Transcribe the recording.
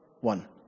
One